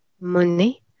money